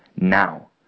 Now